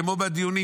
כמו בדיונים,